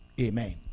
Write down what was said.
Amen